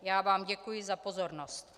Já vám děkuji za pozornost.